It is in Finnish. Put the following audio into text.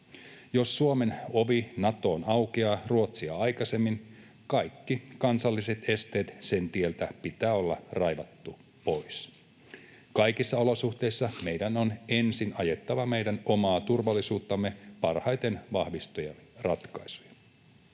Jos Suomen ovi Natoon aukeaa Ruotsia aikaisemmin, kaikki kansalliset esteet sen tieltä pitää olla raivattu pois. Kaikissa olosuhteissa meidän on ensin ajettava meidän omaa turvallisuuttamme parhaiten vahvistavia ratkaisuja.